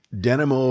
denim